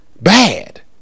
bad